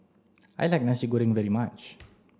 I like Nasi Goreng very much